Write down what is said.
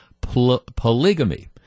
Polygamy